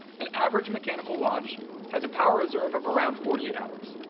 an average mechanical watch has a power reserve of around forty eight hours.